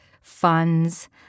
funds